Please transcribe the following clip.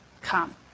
come